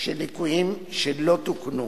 של ליקויים שלא תוקנו